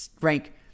rank